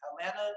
Atlanta